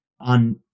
on